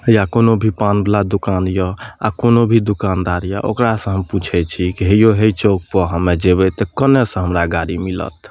या कोनो भी पानवला दोकान यऽ आ कोनो भी दोकानदार यऽ ओकरा सऽ हम पूछै छी कि हे यौ है चौक पर हमे जेबै तऽ कन्ने सऽ हमरा गाड़ी मिलत